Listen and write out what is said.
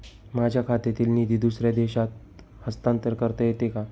माझ्या खात्यातील निधी दुसऱ्या देशात हस्तांतर करता येते का?